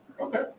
Okay